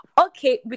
okay